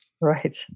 Right